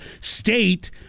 state